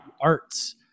arts